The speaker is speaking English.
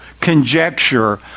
conjecture